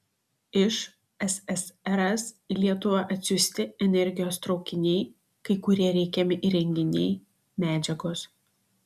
iš ssrs į lietuvą atsiųsti energijos traukiniai kai kurie reikiami įrenginiai medžiagos